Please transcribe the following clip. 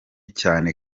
cyane